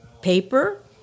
paper